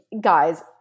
guys